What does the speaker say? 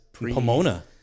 Pomona